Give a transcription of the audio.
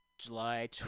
July